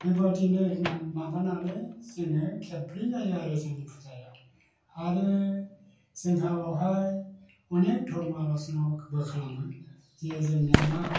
बेबादिनो ना माबानानै जोङो खेबब्रै जायो आरो जोंनि फुजाया आरो जोंहा बावहाय अनेख धरम आलसनाबो खालामो जे जोंहा मा